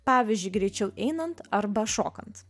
pavyzdžiui greičiau einant arba šokant